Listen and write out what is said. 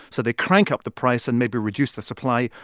so they crank up the price and maybe reduce the supply,